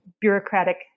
bureaucratic